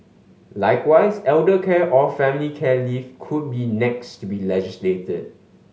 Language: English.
likewise elder care or family care leave could be next to be legislated